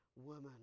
woman